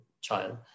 child